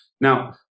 Now